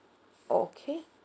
okay